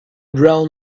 brown